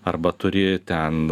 arba turi ten